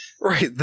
Right